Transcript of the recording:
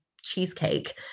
cheesecake